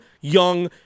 young